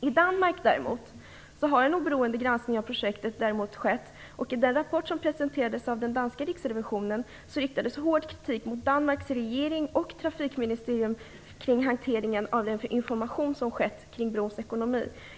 I Danmark har däremot en oberoende granskning av projektet skett, och i den rapport som presenterades av den danska rikstelevisionen riktades hård kritik mot Danmarks regering och trafikministerium mot hanteringen av den information som lämnats om brons ekonomi.